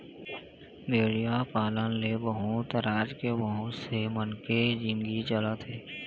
भेड़िया पालन ले बहुत राज के बहुत से मनखे के जिनगी चलत हे